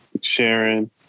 Sharon